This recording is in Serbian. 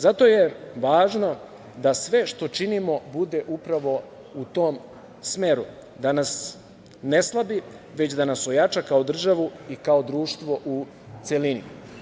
Zato je važno da sve što činimo bude upravo u tom smeru, da nas ne slabi, već da nas ojača kao državu i kao društvo u celini.